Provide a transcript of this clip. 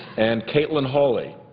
and katelin holly,